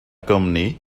company